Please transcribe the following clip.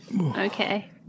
okay